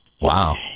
Wow